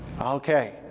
Okay